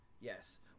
Yes